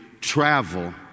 travel